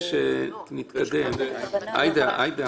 עאידה,